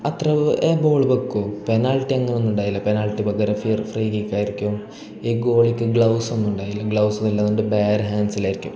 അത്ര ബോൾ വെക്കും പെനാൽറ്റി അങ്ങനെയൊന്നും ഉണ്ടാകില്ല പെനാൽറ്റി പകരം ഫിയർ ഫ്രീ കിക്കായിരിക്കും ഈ ഗോളിക്ക് ഗ്ലൗസും ഒന്നും ഉണ്ടായില്ല ഗ്ലൗസ് ഒന്നുമില്ലാണ്ട് ബേർ ഹാൻസിലായിരിക്കും